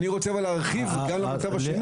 אני רוצה להרחיב בגלל המצב השני